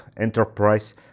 enterprise